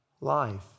life